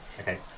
Okay